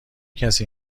کسی